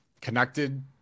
connected